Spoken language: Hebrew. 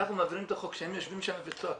כשאנחנו מעבירים את החוק שהם יושבים שם וצועקים,